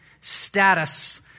status